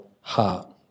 heart